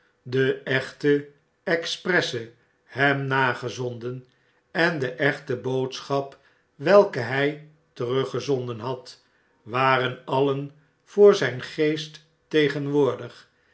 de echte expresse hem nagezonden en de echte boodschap welke hij teruggezonden had waren alien voor zyn geest tegenwoordig